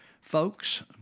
folks